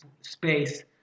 space